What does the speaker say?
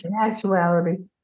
actuality